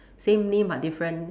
same name but different